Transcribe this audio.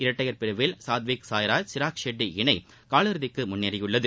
இரட்டையர் பிரிவில் சாத்விக் சாய்ராஜ் சிராக்ஷெட்டி இணை கால் இறுதிக்கு முன்னேறியுள்ளது